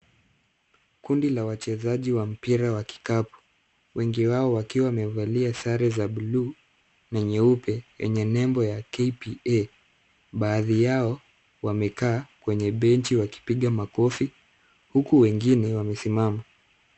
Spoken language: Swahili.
Kundi la wachezaji wa mpira wa kikapu .Wengi wao wakiwa wamevalia sare za buluu na nyeupe yenye nembo ya KPA . Baadhi yao wamekaa kwenye benchi wakipiga makofi huku wengine wamesimama.